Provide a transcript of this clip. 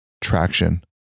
traction